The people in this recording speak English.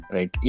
Right